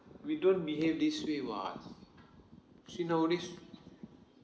we don't behave this way [what] see nowadays